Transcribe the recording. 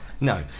No